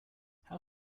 how